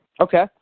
Okay